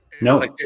no